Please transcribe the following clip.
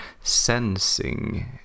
sensing